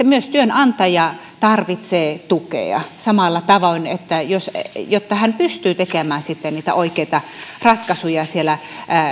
myös työnantaja tarvitsee tietoa ja tukea samalla tavoin jotta hän pystyy tekemään sitten niitä oikeita ratkaisuja siellä